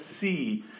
see